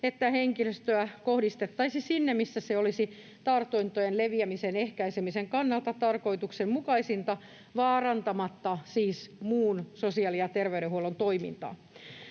että henkilöstöä kohdistettaisiin sinne, missä se olisi tartuntojen leviämisen ehkäisemisen kannalta tarkoituksenmukaisinta, vaarantamatta siis muun sosiaali- ja terveydenhuollon toimintaa.